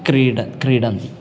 क्रीडा क्रीडन्ति